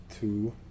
two